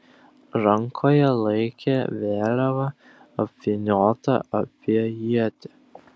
rankoje laikė vėliavą apvyniotą apie ietį